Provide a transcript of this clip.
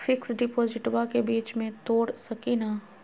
Fix डिपोजिटबा के बीच में तोड़ सकी ना?